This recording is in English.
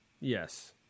yes